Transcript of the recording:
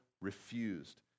refused